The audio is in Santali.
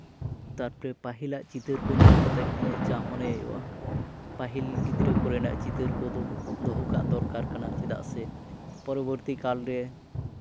ᱛᱟᱨᱯᱚᱨᱮ ᱯᱟᱹᱦᱤᱞᱟᱜ ᱪᱤᱛᱟᱹᱨ ᱠᱚ ᱧᱮᱞ ᱠᱟᱛᱮᱜ ᱤᱧᱟᱹᱜ ᱡᱟ ᱢᱚᱱᱮ ᱦᱩᱭᱩᱜᱼᱟ ᱯᱟᱹᱦᱤᱞ ᱜᱤᱫᱽᱨᱟᱹ ᱠᱚᱨᱮᱱᱟᱜ ᱪᱤᱛᱟᱹᱨ ᱠᱚᱫᱚ ᱫᱚᱦᱚ ᱠᱟᱜ ᱫᱚᱨᱠᱟᱨ ᱠᱟᱱᱟ ᱪᱮᱫᱟᱜ ᱥᱮ ᱯᱚᱨᱚᱵᱚᱨᱛᱤ ᱠᱟᱞᱨᱮ